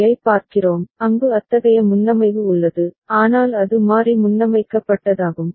யைப் பார்க்கிறோம் அங்கு அத்தகைய முன்னமைவு உள்ளது ஆனால் அது மாறி முன்னமைக்கப்பட்டதாகும்